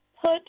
put